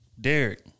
Derek